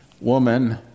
Woman